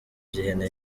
by’ihene